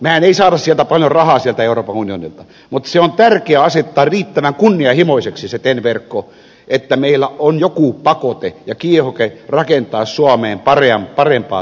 mehän emme saa sieltä euroopan unionilta paljon rahaa mutta on tärkeä asettaa riittävän kunnianhimoiseksi se ten verkko että meillä on joku pakote ja kiihoke rakentaa suomeen parempaa tieverkkoa